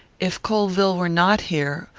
if colvill were not here,